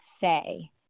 say